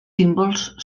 símbols